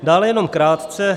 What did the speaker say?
Dále jenom krátce.